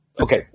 Okay